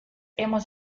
hemos